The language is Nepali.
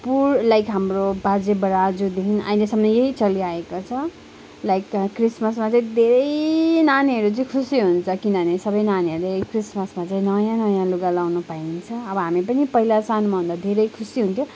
पुर लाइक हाम्रो बाजे बराजुदेखिन् अहिलेसम्म यही चलिआएको छ लाइक क्रिस्मसमा चाहिँ धेरै नानीहरू चाहिँ खुसी हुन्छ किनभने सबै नानीहरूले क्रिस्मसमा चाहिँ नयाँ नयाँ लुगा लाउन पाइन्छ अब हामी पनि पहिला सानोमा हुँदा धेरै खुसी हुन्थ्यौँ